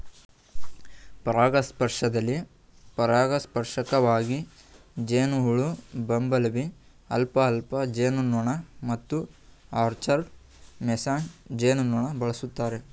ಪರಾಗಸ್ಪರ್ಶದಲ್ಲಿ ಪರಾಗಸ್ಪರ್ಶಕವಾಗಿ ಜೇನುಹುಳು ಬಂಬಲ್ಬೀ ಅಲ್ಫಾಲ್ಫಾ ಜೇನುನೊಣ ಮತ್ತು ಆರ್ಚರ್ಡ್ ಮೇಸನ್ ಜೇನುನೊಣ ಬಳಸ್ತಾರೆ